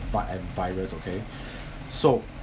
vi~ virus okay so